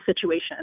situation